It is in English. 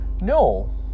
No